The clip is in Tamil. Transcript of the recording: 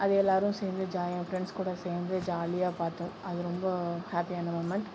அது எல்லாரும் சேர்ந்து ஜாலியா ஃப்ரெண்ட்ஸ் கூட சேர்ந்து ஜாலியா பார்த்தோம் அது ரொம்ப ஹாப்பியான மொமெண்ட்